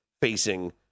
facing